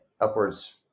upwards